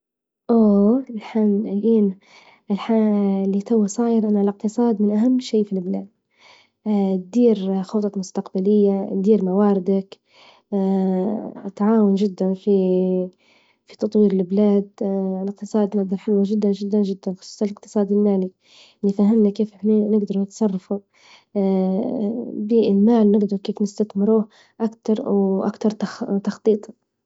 أووه الحال اللي توي صاير إن الأقتصاد من أهم شي في البلاد، دير خلططك مستقبلية، تدير مواردك تعاون جدا في- في تطوير البلاد الإقتصاد مادة حلوة جدا جدا جدا ، خصوصا الإقتصاد المالي ، يهمنا كيف احنا نقدروا نتصرفه المال نقدر كيف نستثمره أكثر وأكثر تخ-تخطيط.